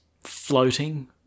floating